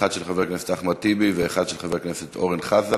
אחת של חבר הכנסת אחמד טיבי ואחת של חבר הכנסת אורן חזן.